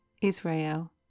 Israel